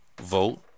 vote